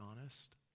honest